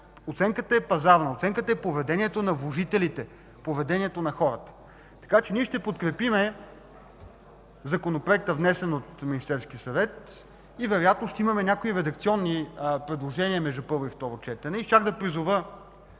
Оценката е пазарна. Оценката е поведението на вложителите, поведението на хората. Ние ще подкрепим Законопроекта, внесен от Министерския съвет. Вероятно ще имаме някои редакционни предложения между първо и второ четене. Ще призова